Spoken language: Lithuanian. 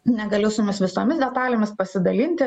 negaliu su jumis visomis detalėmis pasidalinti